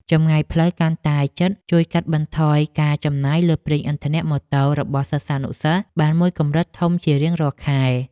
ចម្ងាយផ្លូវកាន់តែជិតជួយកាត់បន្ថយការចំណាយលើប្រេងឥន្ធនៈម៉ូតូរបស់សិស្សានុសិស្សបានមួយកម្រិតធំជារៀងរាល់ខែ។